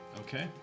Okay